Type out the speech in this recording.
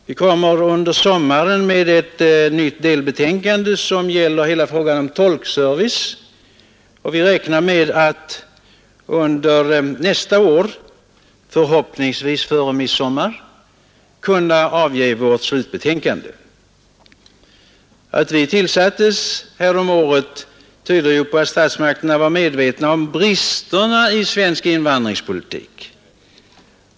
Vi kommer under sommaren med ett nytt delbetänkande, som gäller hela frågan om tolkservice, och vi räknar med att under nästa år — förhoppningsvis före midsommar — kunna avge vårt slutbetänkande. Att vår utredning tillsattes häromåret tyder ju på att statsmakterna var medvetna om bristerna i svensk invandringspolitik.